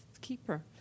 keeper